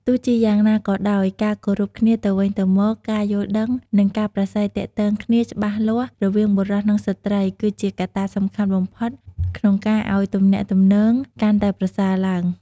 ទោះជាយ៉ាងណាក៏ដោយ ការគោរពគ្នាទៅវិញទៅមក ការយល់ដឹង និងការប្រាស្រ័យទាក់ទងគ្នាច្បាស់លាស់រវាងបុរស និងស្ត្រី គឺជាកត្តាសំខាន់បំផុតក្នុងការអោយទំនាក់ទំនងកាន់តែប្រសើរឡើង។